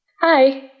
Hi